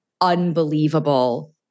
unbelievable